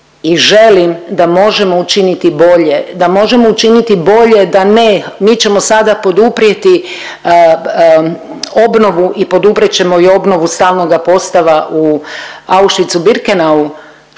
i želim da možemo učiniti bolje, da možemo učiniti bolje da ne mi ćemo sada poduprijeti obnovu i poduprijeti ćemo i obnovu stalnoga postava u Auschwitzu-Birkenau,